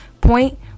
point